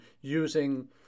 using